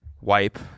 wipe